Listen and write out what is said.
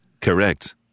Correct